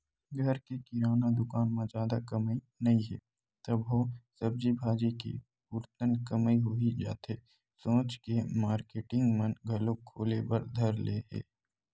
घर के किराना दुकान म जादा कमई नइ हे तभो सब्जी भाजी के पुरतन कमई होही जाथे सोच के मारकेटिंग मन घलोक खोले बर धर ले हे